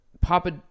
Papa